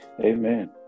Amen